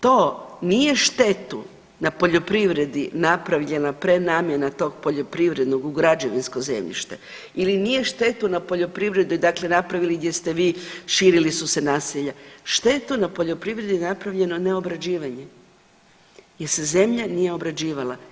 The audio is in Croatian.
To nije štetu na poljoprivredi napravljena prenamjena tog poljoprivrednog u građevinsko zemljište ili nije štetu na poljoprivredi dakle napravili gdje ste vi širili su se naselja, štetu na poljoprivredi napravljeno neobrađivanje jer se zemlja nije obrađivala.